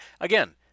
again